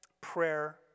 prayer